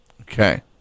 Okay